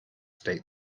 state